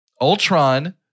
Ultron